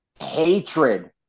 hatred